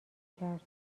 کرد